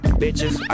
bitches